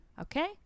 Okay